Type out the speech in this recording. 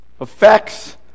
effects